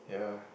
yeah